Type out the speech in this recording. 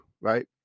right